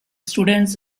students